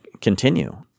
continue